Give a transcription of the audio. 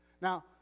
now